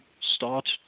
start